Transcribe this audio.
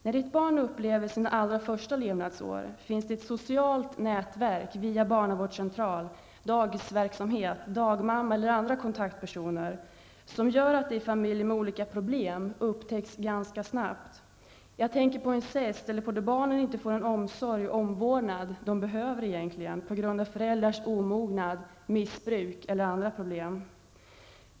När ett barn upplever sina allra första levnadsår, finns det ett socialt nätverk via barnavårdscentral, dagisverksamhet, dagmamma eller andra kontaktpersoner som gör att problem i familjer upptäcks ganska snabbt. Jag tänker på incest eller på barn som inte får den omsorg och omvårdnad som de behöver på grund av föräldrars omognad, missbruk eller andra problem.